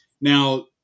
Now